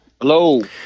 Hello